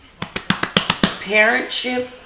parentship